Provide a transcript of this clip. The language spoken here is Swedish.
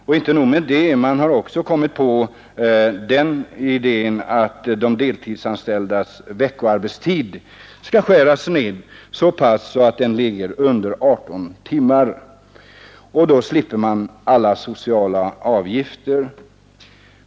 Och inte nog med det — man har också kommit på idén att de deltidsanställdas veckoarbetstid skall skäras ned så pass att den ligger under 18 timmar, och då slipper man alla sociala avgifter.